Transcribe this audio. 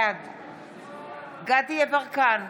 בעד דסטה גדי יברקן,